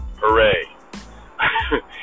hooray